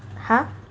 !huh! 什么